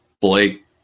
Blake